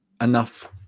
enough